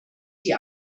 die